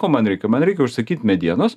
ko man reikia man reikia užsakyt medienos